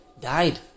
died